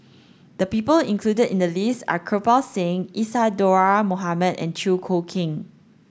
the people included in the list are Kirpal Singh Isadhora Mohamed and Chew Choo Keng